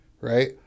right